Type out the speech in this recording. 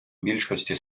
більшості